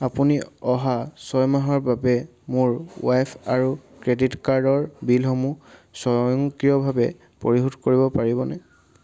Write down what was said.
আপুনি অহা ছয় মাহৰ বাবে মোৰ ৱাইফ আৰু ক্ৰেডিট কাৰ্ডৰ বিলসমূহ স্বয়ংক্ৰিয়ভাৱে পৰিশোধ কৰিব পাৰিবনে